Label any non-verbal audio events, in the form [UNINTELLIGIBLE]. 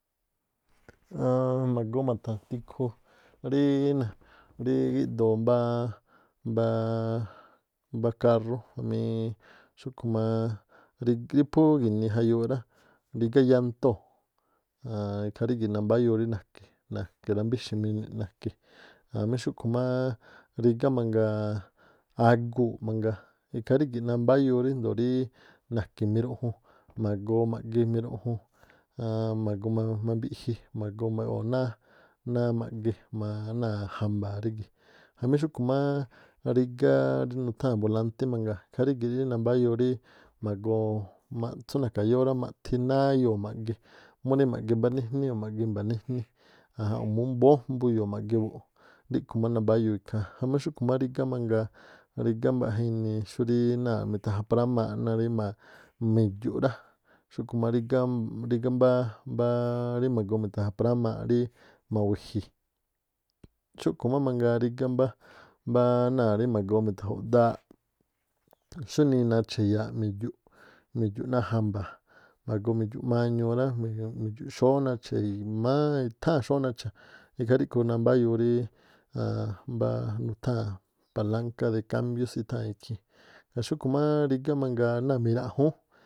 Aaan ma̱goo ma̱tha̱ tikhu ríí-ríí- gíꞌdoo mbáá- mbáá- kárú jamíí xúꞌkhu̱ máá [HESITATION] rí phú gi̱nii jayuuꞌ rá rigá yántóo̱ na̱ke̱ ra̱mbíxi̱mini̱ꞌ na̱ke jamí xúꞌkhu máá rigá aguu̱ꞌ mangaa ikhaa rígi̱ꞌ nambáyuu ríndoo̱ na̱ke miruꞌju. Magoo ma̱ꞌge miruꞌjun aaann- ma̱ꞌgoo mambiꞌji ma̱goo mba̱ꞌyoo̱ náá ma̱ꞌge jma̱a náa̱ jamba̱a̱ rígi̱. Jamí xúꞌkhu̱ máá rígá rí nutháa̱n bolántí mangaa ikhaa rígi̱ꞌ rí nambáyuu rí ma̱goo [HESITATION] tsú na̱ka̱yóó rá ma̱ꞌthí náá iyoo̱ ma̱ꞌge múrí ma̱ꞌge mbá níjní o̱ ma̱ꞌge imba̱ níjní o̱ mú mbóó jbu iyoo̱ ma̱ge buꞌ ríꞌkhui̱ má nambáyuu ikhaa [UNINTELLIGIBLE] ámú xúꞌkhu̱ má rigá mangaa rígá mbaꞌja inii xúrí náa̱ mi̱tha̱ŋa̱prámaaꞌ náa̱ rí ma̱-michu̱- rá. Xúꞌkhu̱ má rigá mbáá- mbáá rí ma̱goo ma̱tha̱ŋa̱prámaaꞌ rí ma̱wi̱ji̱, xúꞌkhu̱ má mangaa rígá mbá- mbá náa̱ rí mi̱tha̱ju̱ꞌdááꞌ xúnii nacha̱ iyaaꞌ mi̱chu̱ꞌ náa̱ jamba̱a̱, ma̱goo mi̱dxu̱ꞌ mañuu rá, mi̱dxu̱ꞌ xóóꞌ nacha̱ í má i̱tháa̱n xóó na̱cha̱, ikhaa ríꞌkhu̱ nambáyuu rí n rí nutháa̱n palánká de kambiós itháa̱n ikhii̱n. Ngaa̱ xúꞌkhu̱ má rígá mangaa náa̱ mi̱raꞌjúún.